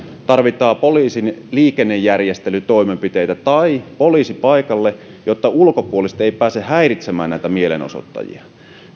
tarvitaan poliisin liikennejärjestelytoimenpiteitä tai poliisi paikalle jotta ulkopuoliset eivät pääse häiritsemään näitä mielenosoittajia